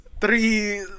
three